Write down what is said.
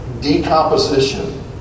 decomposition